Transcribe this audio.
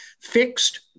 fixed